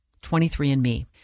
23andMe